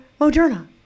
Moderna